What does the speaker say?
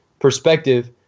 perspective